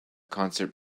concert